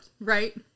Right